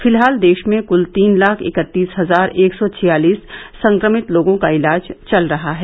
फिलहाल देश में कुल तीन लाख इकत्तीस हजार एक सौ छियालिस संक्रमित लोगों का इलाज चल रहा है